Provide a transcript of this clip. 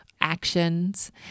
actions